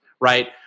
right